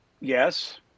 Yes